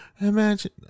Imagine